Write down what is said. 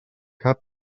cap